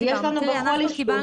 אז יש לנו גם באריאל,